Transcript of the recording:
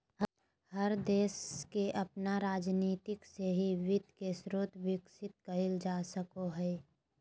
हर देश के अपन राजनीती से ही वित्त के स्रोत विकसित कईल जा सको हइ